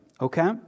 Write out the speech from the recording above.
okay